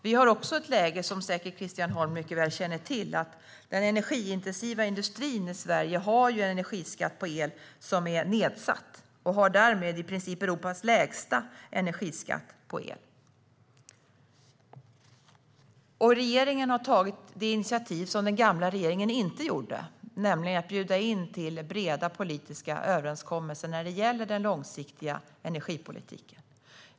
Vi har också ett läge, som säkert Christian Holm Barenfeld mycket väl känner till, där den energiintensiva industrin i Sverige har en energiskatt på el som är nedsatt. Den har därmed i princip Europas lägsta energiskatt på el. Regeringen har tagit det initiativ som den gamla regeringen inte gjorde, nämligen att bjuda in till breda politiska överenskommelser när det gäller den långsiktiga energipolitiken.